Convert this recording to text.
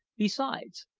besides,